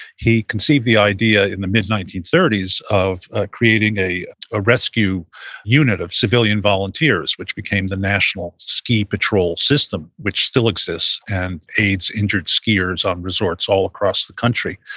he conceived the idea in the mid nineteen thirty s of creating a ah rescue unit of civilian volunteers, which became the national ski patrol system, which still exists, and aids injured skiers on resorts all across the country.